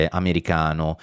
americano